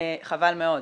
חבל מאוד,